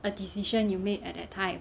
a decision you made at that time